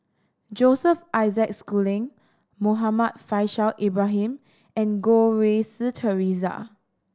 Joseph Isaac Schooling Muhammad Faishal Ibrahim and Goh Rui Si Theresa